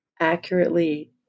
accurately